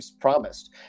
promised